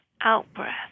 out-breath